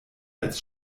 als